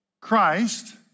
Christ